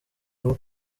vuba